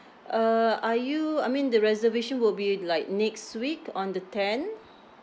uh are you I mean the reservation will be like next week on the tenth